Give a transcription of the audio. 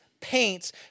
paints